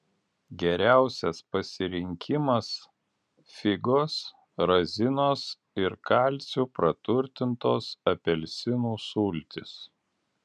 geriausias pasirinkimas figos razinos ir kalciu praturtintos apelsinų sultys